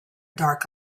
dark